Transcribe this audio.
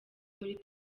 muri